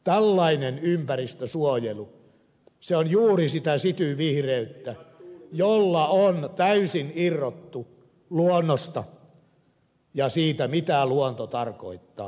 tällainen ympäristösuojelu on juuri sitä city vihreyttä jossa on täysin irtauduttu luonnosta ja siitä mitä luonto tarkoittaa kullekin alueelle